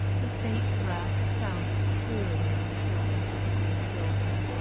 the faint raps sounded clearly in the stillness of the great building,